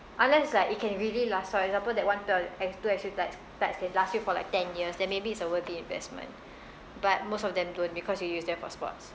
unless like it can really last for example that one pair of X two_X_U tights tights can last you for like ten years then maybe it's a worthy investment but most of them don't because you use them for sports